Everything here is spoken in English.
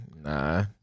Nah